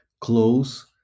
close